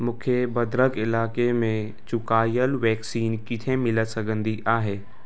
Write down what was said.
मूंखे भद्रक इलाइक़े में चुकायल वैक्सीन किथे मिले सघंदी आहे